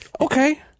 Okay